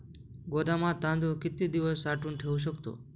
गोदामात तांदूळ किती दिवस साठवून ठेवू शकतो?